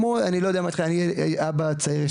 אני אבא צעיר,